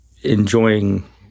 enjoying